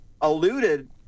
alluded